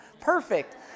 Perfect